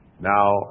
Now